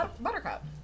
buttercup